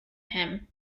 him